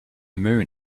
moon